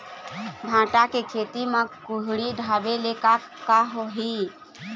भांटा के खेती म कुहड़ी ढाबे ले का होही?